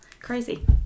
crazy